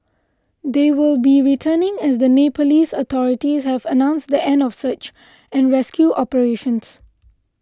they will be returning as the Nepalese authorities have announced the end of search and rescue operations